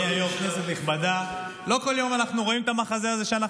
חבר הכנסת רון כץ, בבקשה.